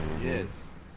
Yes